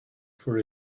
for